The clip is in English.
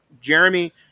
Jeremy